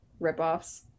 ripoffs